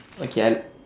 okay I'll